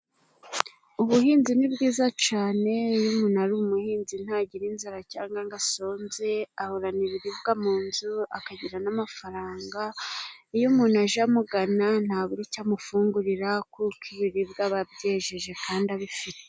Ubuhinzi ni bwiza cane iyo umuntu ari umuhinzi ntagira inzara cyangwa ngo asonnze. Ahorana ibiribwa mu nzu akagira n'amafaranga, iyo umuntu aje amugana ntabura icyo amufungurira; kuko ibiribwa aba abyejeje kandi abifite.